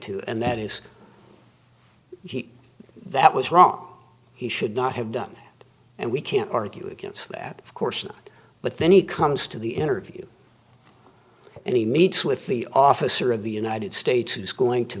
too and that is that was wrong he should not have done it and we can't argue against that of course but then he comes to the interview and he meets with the officer of the united states who's going to